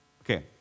Okay